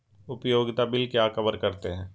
उपयोगिता बिल क्या कवर करते हैं?